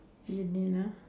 genie ah